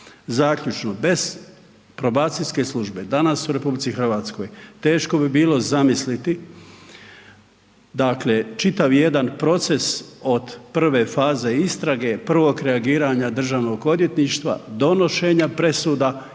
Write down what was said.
Zaključno, bez probacijske službe danas u RH teško bi bilo zamisliti dakle čitav jedan proces od prve faze istrage, prvog reagiranja državnog odvjetništva, donošenja presuda